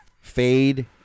fade